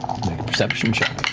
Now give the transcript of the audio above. perception check.